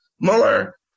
Mueller